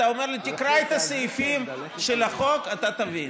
אתה אומר לי: תקרא את הסעיפים של החוק, אתה תבין.